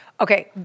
Okay